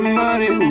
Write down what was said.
money